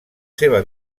seva